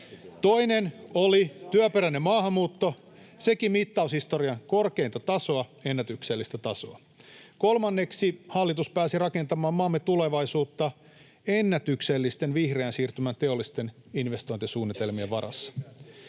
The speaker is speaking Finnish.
Toinen oli työperäinen maahanmuutto, sekin mittaushistorian korkeinta, ennätyksellistä tasoa. Kolmanneksi hallitus pääsi rakentamaan maamme tulevaisuutta ennätyksellisten vihreän siirtymän teollisten investointisuunnitelmien varassa.